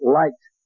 liked